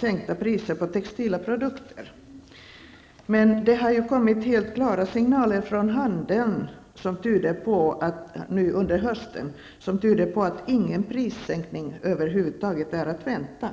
sänkta priser på textila produkter. Men det har kommit helt klara signaler från handeln nu under hösten som tyder på att ingen prissänkning över huvud taget är att vänta.